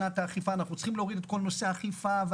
כל נושא האכיפה,